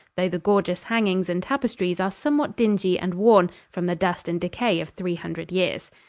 though the gorgeous hangings and tapestries are somewhat dingy and worn from the dust and decay of three hundred years.